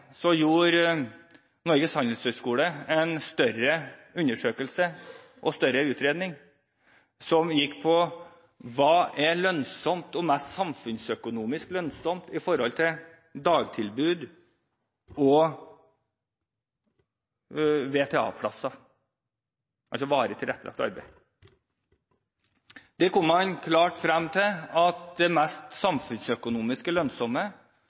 gjorde Norges Handelshøyskole en større undersøkelse og en større utredning som handlet om hva som er lønnsomt, og mest samfunnsøkonomisk lønnsomt, når det gjelder dagtilbud og VTA-plasser – varig tilrettelagt arbeid. Man kom klart frem til at det mest samfunnsøkonomisk lønnsomme